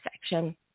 section